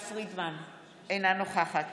אינה נוכחת